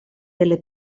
delle